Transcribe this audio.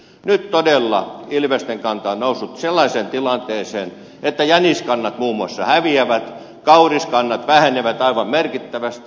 nyt todella ilvesten kanta on noussut sellaiseen tilanteeseen että jä niskannat muun muassa häviävät kauriskannat vähenevät aivan merkittävästi